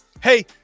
Hey